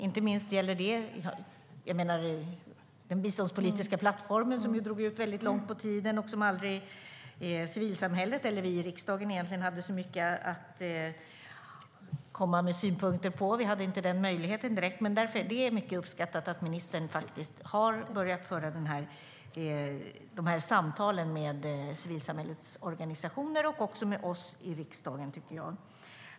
Inte minst gäller det den biståndspolitiska plattformen, som ju drog ut väldigt långt på tiden och som civilsamhället eller vi i riksdagen egentligen inte hade möjlighet att komma med synpunkter på. Men det är mycket uppskattat att ministern faktiskt har börjat föra de här samtalen med civilsamhällets organisationer och också med oss i riksdagen, tycker jag.